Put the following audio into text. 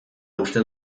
uste